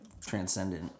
transcendent